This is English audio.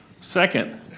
Second